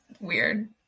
weird